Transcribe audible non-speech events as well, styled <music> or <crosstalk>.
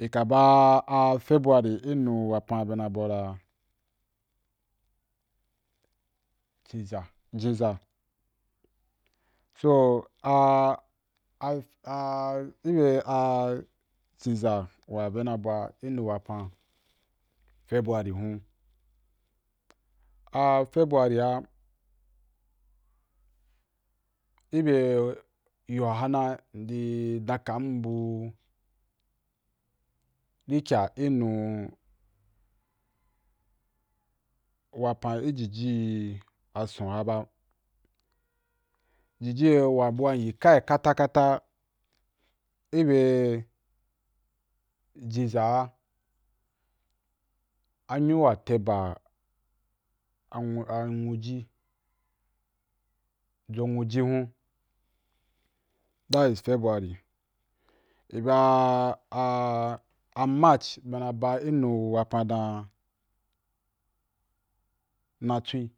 Xi ka ba a febuary i nu wapan bea na bau dan jiza jiza so <hesitation> ibe a jiza wa bea na ba i nu wapan february hun, a february’a i bea yo a na ndi dankam bu riky a i nu wapan ijiji a sond wa a ba jiji ye wa bua nyi kai ka ta kata i ben jiza a nyu wa te ba a nwu anwujì, jonwu ji hun that’s february i ba a a march bea na ba i nu a wapan dan na twi